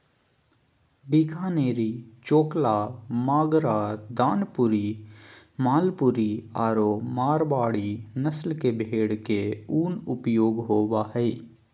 बीकानेरी, चोकला, मागरा, दानपुरी, मालपुरी आरो मारवाड़ी नस्ल के भेड़ के उन उपयोग होबा हइ